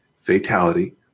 fatality